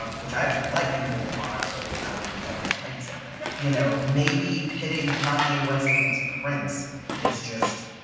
um which i actually like kendrick lamar so um i mean that might tell you something. you know maybe, pitting kanye west against prince is just.